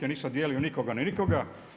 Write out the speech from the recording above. Ja nisam dijelio nikoga ni nikoga.